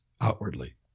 outwardly